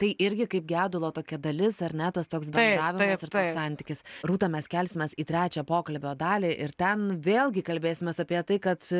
tai irgi kaip gedulo tokia dalis ar ne tas toks bendravimas ir toks santykis rūta mes kelsimės į trečią pokalbio dalį ir ten vėlgi kalbėsimės apie tai kad